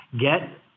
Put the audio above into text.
get